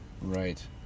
Right